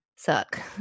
Suck